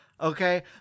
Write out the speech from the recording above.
Okay